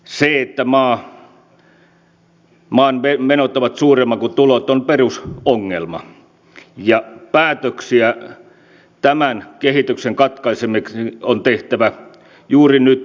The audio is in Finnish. se että maan menot ovat suuremmat kuin tulot on perusongelma ja päätöksiä tämän kehityksen katkaisemiseksi on tehtävä juuri nyt ja tässä